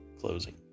closing